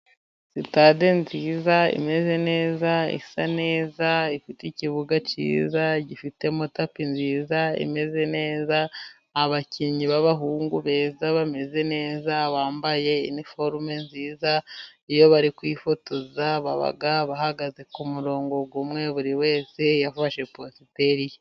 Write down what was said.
Sitade nziza, imeze neza, isa neza ifite ikibuga cyiza gifitemo tapi nziza, imeze neza abakinnyi b'abahungu beza, bameze neza, bambaye iniforume nziza, iyo bari kwifotoza baba bahagaze ku murongo ,umwe buri wese yafashe positeri ye.